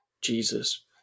Jesus